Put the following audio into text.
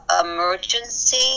emergency